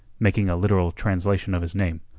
making a literal translation of his name,